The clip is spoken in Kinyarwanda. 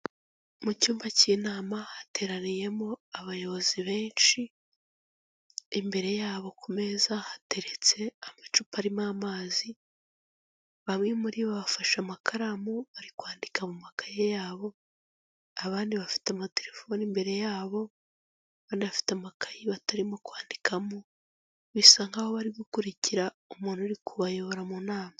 Mu cyumba cy'inama hateraniyemo abayobozi benshi, imbere yabo ku meza hateretse amacupa arimo amazi, bamwe muri bo bafashe amakaramu bari kwandika mu makaye yabo abandi bafite amatelefoni imbere yabo, banafite amakayi batarimo kwandikamo bisa nkaho bari gukurikira umuntu uri kubayobora mu nama.